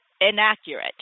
inaccurate